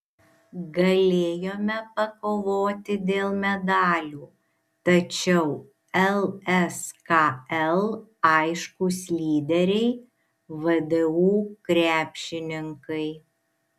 galėjome pakovoti dėl medalių tačiau lskl aiškūs lyderiai vdu krepšininkai